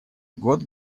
год